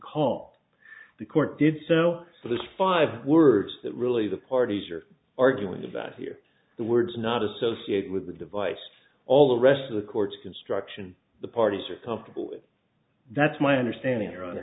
call the court did so for those five words that really the parties are arguing about here the words not associated with the device all the rest of the court's construction the parties are comfortable with that's my understanding